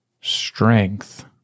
strength